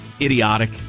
idiotic